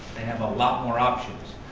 they have a lot more options,